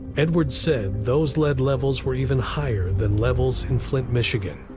edwards said those lead levels were even higher than levels in flint, michigan.